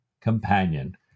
companion